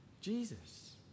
Jesus